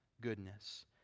goodness